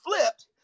flipped